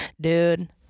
dude